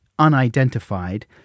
unidentified